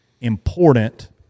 important